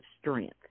strength